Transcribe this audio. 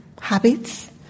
habits